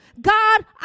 god